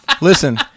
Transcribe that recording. Listen